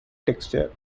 texture